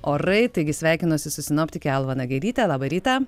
orai taigi sveikinuosi su sinoptike alva nagelyte labą rytą